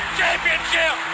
championship